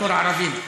בתור ערבים.